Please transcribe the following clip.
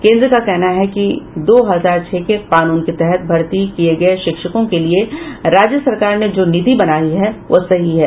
केन्द्र का कहना है कि दो हजार छह के कानून के तहत भर्ती किये गये शिक्षकों के लिए राज्य सरकार ने जो नीति बनायी है वह सही है